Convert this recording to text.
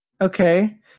Okay